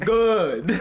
good